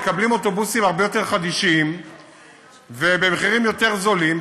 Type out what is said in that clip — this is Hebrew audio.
מקבלים אוטובוסים הרבה יותר חדישים ובמחירים יותר זולים,